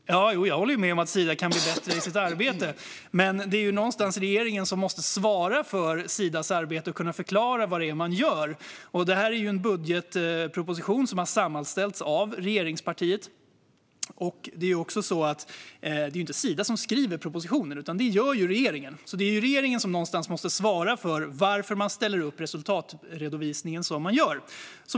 Fru talman! Jag håller med om att Sida kan bli bättre i sitt arbete. Men det är regeringen som måste svara för Sidas arbete och som måste kunna förklara vad man gör. Det här gäller en budgetproposition som har sammanställts av regeringspartierna. Det är inte Sida som skriver propositionen. Det gör regeringen. Det är alltså regeringen som måste svara för varför man ställer upp resultatredovisningen som man gör.